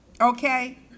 okay